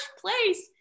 place